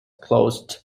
closed